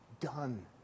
done